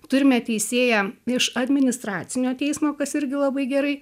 turime teisėją iš administracinio teismo kas irgi labai gerai